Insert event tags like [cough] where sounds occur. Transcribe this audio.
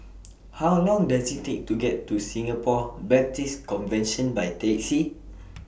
[noise] How Long Does IT Take to get to Singapore Baptist Convention By Taxi [noise]